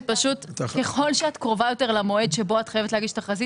בדרך כלל במצב רגיל שבו עושים פלט,